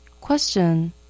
Question